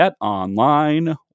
Online